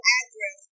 address